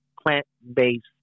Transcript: plant-based